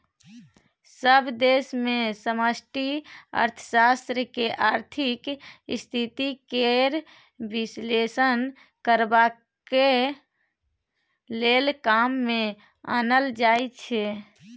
सभ देश मे समष्टि अर्थशास्त्र केँ आर्थिक स्थिति केर बिश्लेषण करबाक लेल काम मे आनल जाइ छै